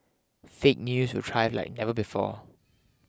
fake news will thrive like never before